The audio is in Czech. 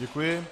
Děkuji.